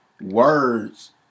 words